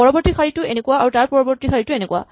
পৰৱৰ্তী শাৰীটো এনেকুৱা আৰু তাৰ পৰৱৰ্তী শাৰীটো এনেকুৱা